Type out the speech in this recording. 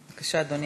בבקשה, אדוני.